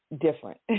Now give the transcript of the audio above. different